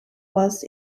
was